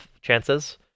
chances